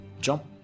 Jump